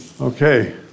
Okay